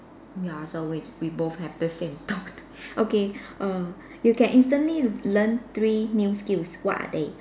ya so we we both have the same thought okay err you can instantly learn three new skills what are they